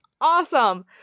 Awesome